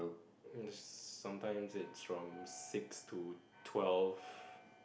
it's sometimes it's from six to twelve